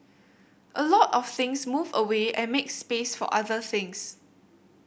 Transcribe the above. a lot of things move away and make space for other things